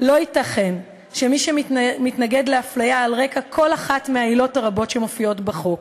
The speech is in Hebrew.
לא ייתכן שמי שמתנגד לאפליה על רקע כל אחת מהעילות הרבות שמופיעות בחוק,